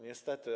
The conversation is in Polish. Niestety.